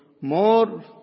More